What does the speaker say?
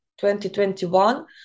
2021